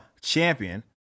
champion